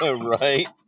Right